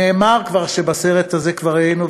נאמר כבר שבסרט הזה כבר היינו,